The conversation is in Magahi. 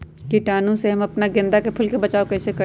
कीटाणु से हम अपना गेंदा फूल के बचाओ कई से करी?